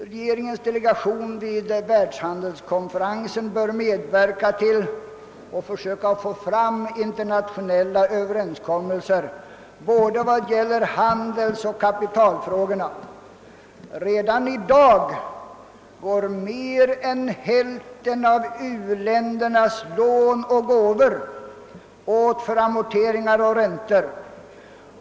Regeringens delegation vid världshandelskonferensen bör medverka till att åstadkomma internationella överenskommelser när det gäller både handelsoch kapitalfrågor. Redan i dag går mer än hälften av u-ländernas lån och gåvor åt till amorteringar och räntor.